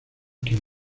quien